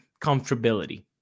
comfortability